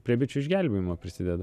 prie bičių išgelbėjimo prisideda